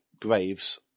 Graves